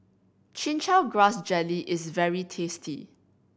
Chin Chow Grass Jelly is very tasty